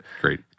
Great